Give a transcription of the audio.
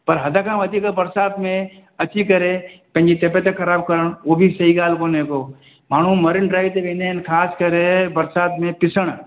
पर हदि खां वधीक बरिसात में अची करे पंहिंजी तबियत ख़राबु करण उहो बि सही ॻाल्हि कोने को माण्हूं मरिन ड्राईव ते वेंदा आहिनि ख़ासि करे बरिसात में पुसणु